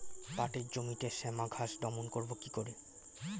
পাটের জমিতে শ্যামা ঘাস দমন করবো কি করে?